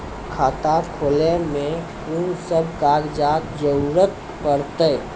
खाता खोलै मे कून सब कागजात जरूरत परतै?